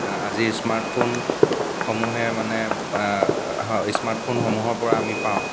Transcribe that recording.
আজি স্মাৰ্টফোনসমূহে মানে স্মাৰ্টফোনসমূৰ পৰা আমি পাওঁ